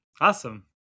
Awesome